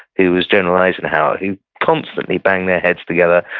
who was general eisenhower, who constantly banged their heads together,